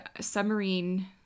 submarine